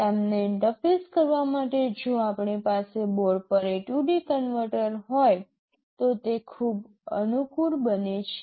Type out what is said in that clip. તેમને ઇન્ટરફેસ કરવા માટે જો આપણી પાસે બોર્ડ પર AD કન્વર્ટર હોય તો તે ખૂબ અનુકૂળ બને છે